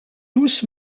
tous